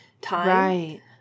time